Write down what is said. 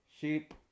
sheep